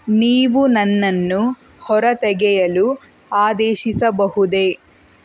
ನೀವು ನನ್ನನ್ನು ಹೊರತೆಗೆಯಲು ಆದೇಶಿಸಬಹುದೆ